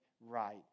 right